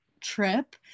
trip